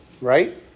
right